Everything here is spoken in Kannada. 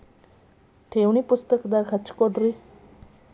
ಠೇವಣಿ ಪುಸ್ತಕದಾಗ ಹಚ್ಚಿ ಕೊಡ್ರಿ